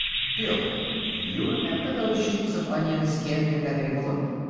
bill! you remember those sheets of onion-skin in that envelope?